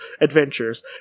adventures